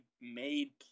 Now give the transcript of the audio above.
made